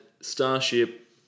Starship